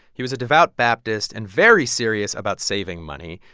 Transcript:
he was a devout baptist and very serious about saving money.